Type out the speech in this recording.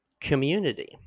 community